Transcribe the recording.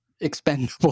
expendable